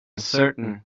certain